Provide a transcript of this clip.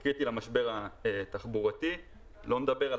זה קריטי למשבר התחבורתי ובלי לדבר על